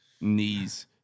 knees